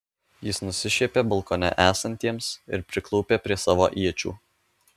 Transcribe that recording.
jis nusišiepė balkone esantiems ir priklaupė prie savo iečių